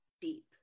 deep